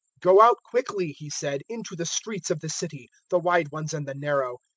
go out quickly he said, into the streets of the city the wide ones and the narrow.